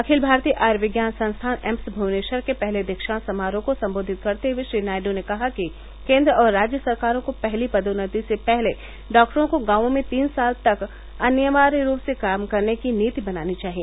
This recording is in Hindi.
अखिल भारतीय आयुर्विज्ञान संस्थान एम्स भुवनेखर के पहले दीक्षांत समारोह को संबोधित करते हुए श्री नायडू ने कहा कि केंद्र और राज्य सरकारों को पहली पदोन्नति से पहले डॉक्टरों को गांवों में तीन साल तक अनिवार्य रूप से काम करने की नीति बनानी चाहिए